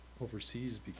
overseas